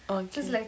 oh ookay